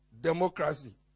democracy